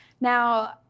Now